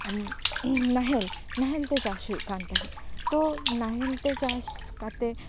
ᱱᱟᱦᱮᱞ ᱱᱟᱦᱮᱞ ᱛᱮ ᱪᱟᱥ ᱦᱩᱭᱩᱜ ᱠᱟᱱ ᱛᱟᱦᱮᱸᱜ ᱛᱚ ᱱᱟᱦᱮᱞ ᱛᱮ ᱪᱟᱥ ᱠᱟᱛᱮᱜ